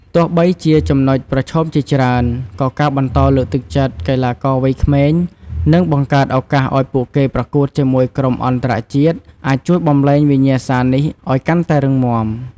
ទោះបីជាចំណុចប្រឈមជាច្រើន ក៏ការបន្តលើកទឹកចិត្តកីឡាករវ័យក្មេង និងបង្កើតឱកាសឲ្យពួកគេប្រកួតជាមួយក្រុមអន្តរជាតិអាចជួយបំប្លែងវិញ្ញាសានេះឲ្យកាន់តែរឹងមាំ។